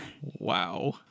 wow